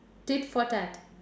tit for tat